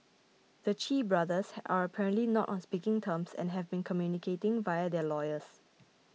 the Chee brothers ha are apparently not on speaking terms and have been communicating via their lawyers